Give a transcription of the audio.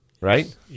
Right